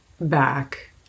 back